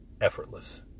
effortless